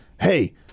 hey